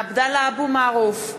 עבדאללה אבו מערוף,